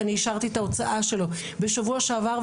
אני אישרתי את ההוצאה שלו בשבוע שעבר.